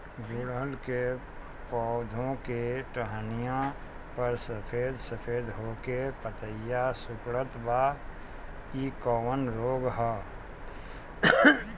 गुड़हल के पधौ के टहनियाँ पर सफेद सफेद हो के पतईया सुकुड़त बा इ कवन रोग ह?